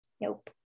Nope